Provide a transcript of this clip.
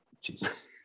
Jesus